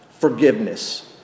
forgiveness